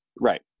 Right